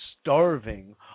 starving